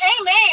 amen